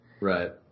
Right